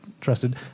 trusted